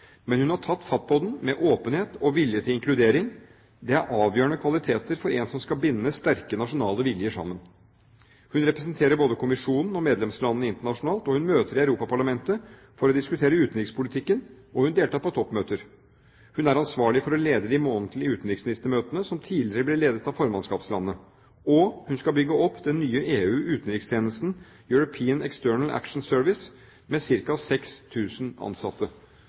men hun har tatt fatt på den med åpenhet og vilje til inkludering. Det er avgjørende kvaliteter for en som skal binde sterke nasjonale viljer sammen. Hun representerer både kommisjonen og medlemslandene internasjonalt. Hun møter i Europaparlamentet for å diskutere utenrikspolitikken, og hun deltar på toppmøter. Hun er ansvarlig for å lede de månedlige utenriksministermøtene, som tidligere ble ledet av formannskapslandet. Og hun skal bygge opp den nye EU-utenrikstjenesten European External Action Service, med ca. 6 000 ansatte.